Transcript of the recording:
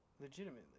legitimately